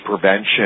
prevention